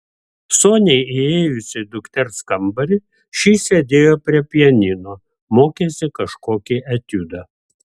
soniai įėjus į dukters kambarį ši sėdėjo prie pianino mokėsi kažkokį etiudą